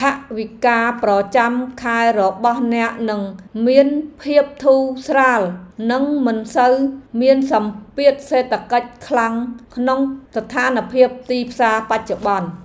ថវិកាប្រចាំខែរបស់អ្នកនឹងមានភាពធូរស្រាលនិងមិនសូវមានសម្ពាធសេដ្ឋកិច្ចខ្លាំងក្នុងស្ថានភាពទីផ្សារបច្ចុប្បន្ន។